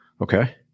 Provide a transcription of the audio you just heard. okay